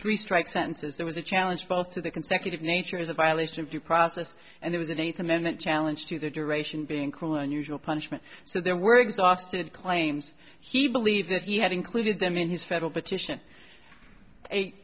three strikes senses there was a challenge both to the consecutive nature is a violation of due process and there was an eighth amendment challenge to the duration being cruel and unusual punishment so there were exhausted claims he believed that he had included them in his federal petition